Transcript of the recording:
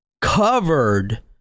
covered